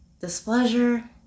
displeasure